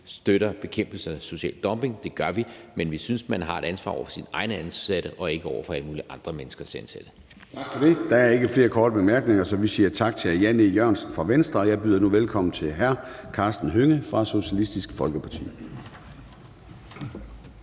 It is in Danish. støtter bekæmpelse af social dumping, for det gør vi, men vi synes, at man har et ansvar over for sine egne ansatte og ikke over for alle mulige andre menneskers ansatte. Kl. 13:21 Formanden (Søren Gade): Der er ikke flere korte bemærkninger, så vi siger tak til hr. Jan E. Jørgensen fra Venstre. Jeg byder nu velkommen til hr. Karsten Hønge fra Socialistisk Folkeparti.